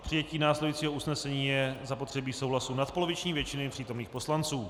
K přijetí následujícího usnesení je zapotřebí souhlasu nadpoloviční většiny přítomných poslanců.